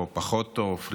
או פחות טוב,